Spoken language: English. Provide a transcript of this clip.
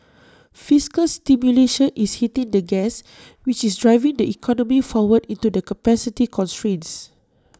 fiscal stimulation is hitting the gas which is driving the economy forward into the capacity constraints